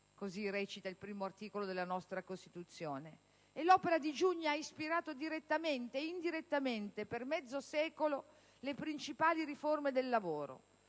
così recita l'articolo 1 della nostra Costituzione. L'opera di Giugni ha ispirato direttamente e indirettamente, per mezzo secolo, le principali riforme del lavoro: